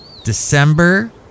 December